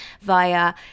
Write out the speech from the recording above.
via